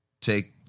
Take